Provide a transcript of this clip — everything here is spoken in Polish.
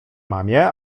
mamie